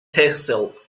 tehsil